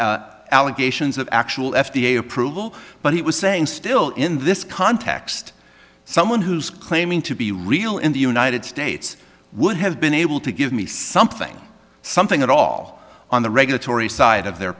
require allegations of actual f d a approval but he was saying still in this context someone who's claiming to be real in the united states would have been able to give me something something at all on the regulatory side of their